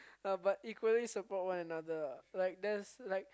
uh but equally support one another ah like that's like